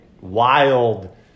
wild